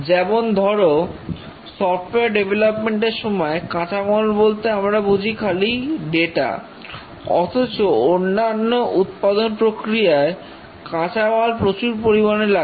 যেমন ধরো software development এর সময় কাঁচামাল বলতে আমরা বুঝি খালি ডেটা অথচ অন্যান্য উৎপাদন প্রক্রিয়ায় কাঁচামাল প্রচুর পরিমাণে লাগে